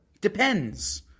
Depends